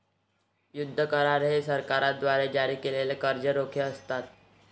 युद्ध करार हे सरकारद्वारे जारी केलेले कर्ज रोखे असतात